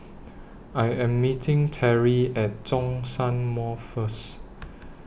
I Am meeting Terrie At Zhongshan Mall First